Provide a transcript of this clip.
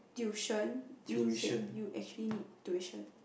tuition means that you actually need tuition